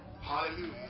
Hallelujah